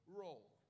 role